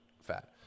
fat